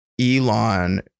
Elon